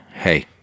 Hey